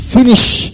Finish